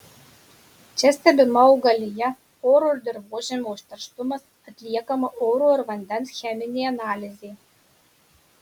čia stebima augalija oro ir dirvožemio užterštumas atliekama oro ir vandens cheminė analizė